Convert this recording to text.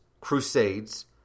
Crusades